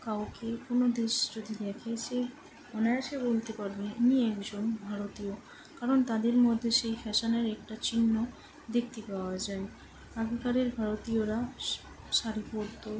কাউকে কোনো দেশ যদি দেখে সে অনায়াসে বলতে পারবে উনি একজন ভারতীয় কারণ তাদের মধ্যে সেই ফ্যাশনের একটা চিহ্ন দেখতে পাওয়া যায় আগেকার ভারতীয়রা শাড়ি পরত